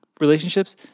relationships